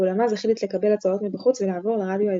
אולם אז החליט לקבל הצעות מבחוץ ולעבור לרדיו האזורי.